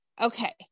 okay